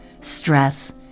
stress